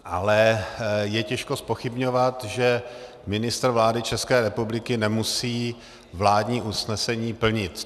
Ale je těžko zpochybňovat, že ministr vlády České republiky nemusí vládní usnesení plnit.